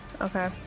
okay